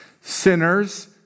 Sinners